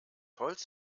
holz